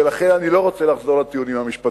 ולכן אני לא רוצה לחזור לטיעונים המשפטיים,